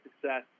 success